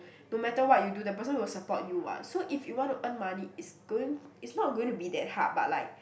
no matter what you do the person will support you what so if you want to earn money it's going it's not going to be that hard but like